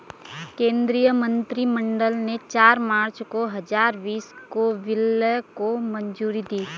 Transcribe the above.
केंद्रीय मंत्रिमंडल ने चार मार्च दो हजार बीस को विलय को मंजूरी दी